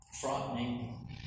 frightening